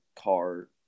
car